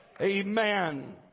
Amen